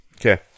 Okay